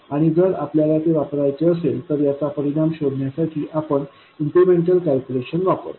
आणि जर आपल्याला ते वापरायचे असेल तर याचा परिणाम शोधण्यासाठी आपण इन्क्रिमेंटल कॅल्क्युलेशन वापरतो